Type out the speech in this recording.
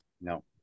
No